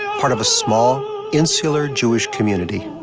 ah part of a small, insular jewish community.